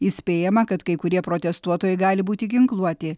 įspėjama kad kai kurie protestuotojai gali būti ginkluoti